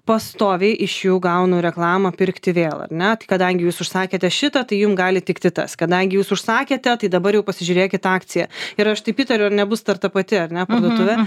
pastoviai iš jų gaunu reklamą pirkti vėl ar ne tai kadangi jūs užsakėte šitą tai jum gali tikti tas kadangi jūs užsakėte tai dabar jau pasižiūrėkit akciją ir aš taip įtariu ar nebus dar pati ar ne parduotuvė